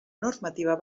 normativa